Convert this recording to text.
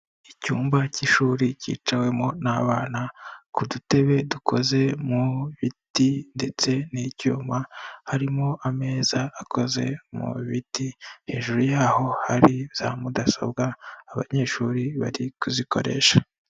Icyumba cy'ishuri cyicawemo n'abana, ku dutebe dukoze mu biti ndetse n'icyuma, harimo ameza akoze mu biti, hejuru y'aho hari za mudasobwa abanyeshuri bari kuzikoresha.